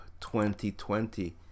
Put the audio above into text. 2020